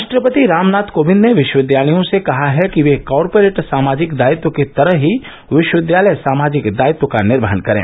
राष्ट्रपति रामनाथ कोविंद ने विश्वविद्यालयों से कहा है कि वे कॉर्पोरेट सामाजिक दायित्व की तरह ही विश्वविद्यालय सामाजिक दायित्व का निर्वहन करें